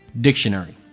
dictionary